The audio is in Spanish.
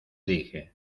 dije